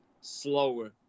slower